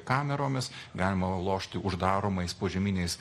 kameromis galima lošti uždaromais požeminiais